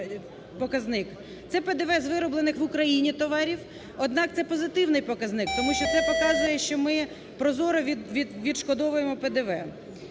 Це ПДВ з вироблених в Україні товарів. Однак, це позитивний показник, тому що це показує, що ми прозоро відшкодовуємо ПДВ.